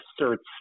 asserts